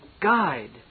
guide